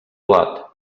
plat